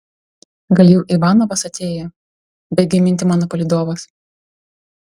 gal jau ivanovas atėjo baigia mintį mano palydovas